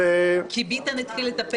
כי ביטן התחיל לטפל.